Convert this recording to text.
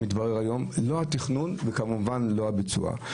לא התכנון וכמובן לא הביצוע.